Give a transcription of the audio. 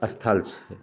स्थल छै